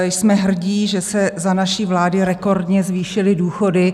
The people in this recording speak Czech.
Jsme hrdí, že se za naší vlády rekordně zvýšily důchody.